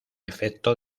efecto